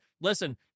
Listen